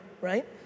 right